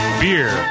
beer